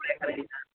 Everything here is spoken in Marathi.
आणि